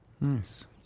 Nice